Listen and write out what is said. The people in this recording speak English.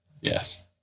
Yes